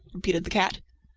repeated the cat.